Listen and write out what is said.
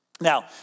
Now